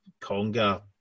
conga